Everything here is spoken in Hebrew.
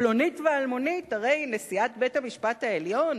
פלונית ואלמונית הרי היא נשיאת בית-המשפט העליון,